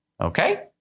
Okay